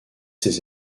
ses